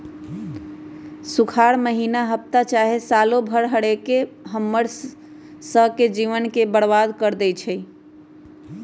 सुखार माहिन्ना हफ्ता चाहे सालों भर रहके हम्मर स के जीवन के बर्बाद कर देई छई